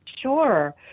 Sure